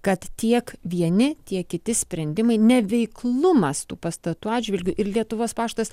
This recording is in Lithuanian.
kad tiek vieni tiek kiti sprendimai neveiklumas tų pastatų atžvilgiu ir lietuvos paštas